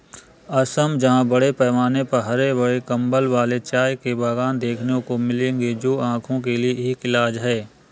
असम जहां बड़े पैमाने पर हरे भरे कंबल वाले चाय के बागान देखने को मिलेंगे जो आंखों के लिए एक इलाज है